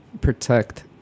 protect